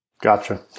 Gotcha